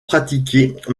pratiquée